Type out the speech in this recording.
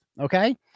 Okay